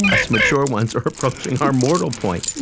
us mature ones are approaching our mortal point.